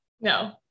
no